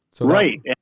Right